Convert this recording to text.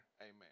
Amen